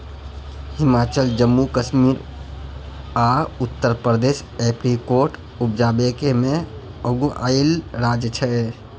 हिमाचल, जम्मू कश्मीर आ उत्तर प्रदेश एपरीकोट उपजाबै मे अगुआएल राज्य छै